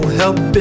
help